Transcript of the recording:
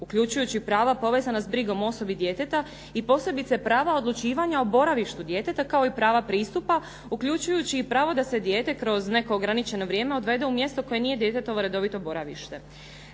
uključujući i prava povezanost s brigom o osobi djeteta i posebice prava odlučivanja o boravištu djeteta kao i prava pristupa uključujući i pravo da se dijete kroz neko ograničeno vrijeme odvede u mjesto koje nije djetetovo redovito boravište.